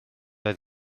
oedd